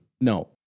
No